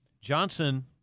johnson